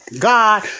God